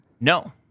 No